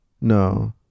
No